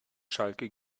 schalke